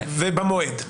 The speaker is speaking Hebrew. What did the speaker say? ובמועד.